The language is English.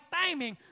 timing